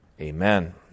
Amen